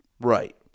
Right